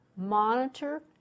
Monitor